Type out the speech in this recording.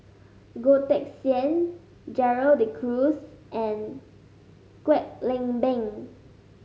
Goh Teck Sian Gerald De Cruz and Kwek Leng Beng